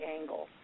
angle